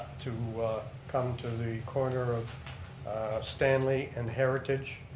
to come to the corner of stanley and heritage,